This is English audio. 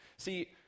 See